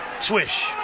Swish